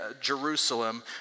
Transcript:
Jerusalem